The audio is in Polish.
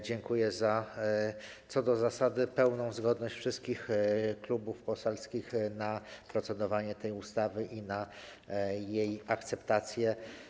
Dziękuję za co do zasady pełną zgodę wszystkich klubów poselskich na procedowanie nad tą ustawą i na jej akceptację.